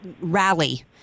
rally